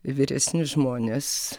vyresni žmonės